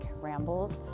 rambles